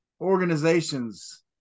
organizations